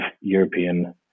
European